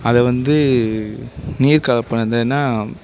அது வந்து நீர்கலப்பை அது என்ன